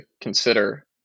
consider